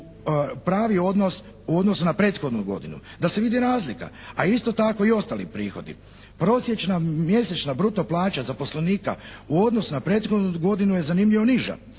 u odnosu na prethodnu godinu da se vidi razlika. A isto tako i ostali prihodi. Prosječna mjesečna bruto plaća zaposlenika u odnosu na prethodnu godinu je zanimljivo niža.